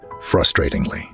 Frustratingly